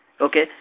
okay